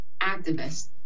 activist